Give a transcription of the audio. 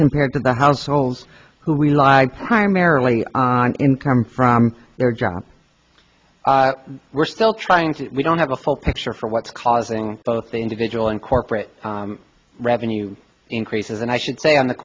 compared to the households who we live primarily on income from their job we're still trying to we don't have the full picture for what's causing both the individual and corporate revenue increases and i should say on the